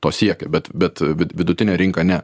to siekia bet bet vi vidutinę rinką ne